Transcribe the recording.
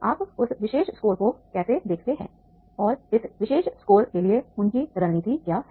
आप उस विशेष स्कोर को कैसे देखते हैं और इस विशेष स्कोर के लिए उनकी रणनीति क्या है